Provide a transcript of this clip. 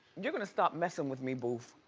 you're gonna stop messin' with me, boof.